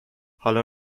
حالا